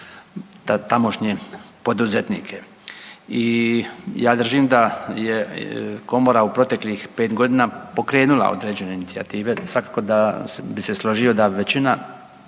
tamošnje poduzetnike i ja držim da je Komora u proteklih 5 godina pokrenula određene inicijative, svakako da bi se složio da većina